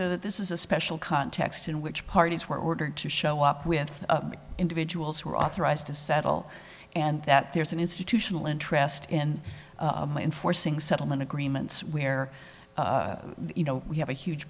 that this is a special context in which parties were ordered to show up with individuals who are authorized to settle and that there's an institutional interest in enforcing settlement agreements where you know we have a huge